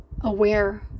aware